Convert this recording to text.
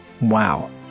wow